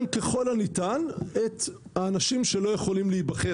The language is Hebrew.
ככול הניתן את האנשים שלא יכולים להיבחר.